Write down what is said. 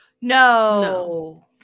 No